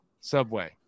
Subway